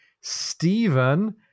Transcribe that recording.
Stephen